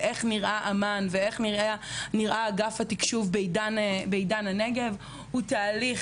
איך נראה אמ"ן ואיך נראה אגף התקשוב בעידן הנגב; הוא תהליך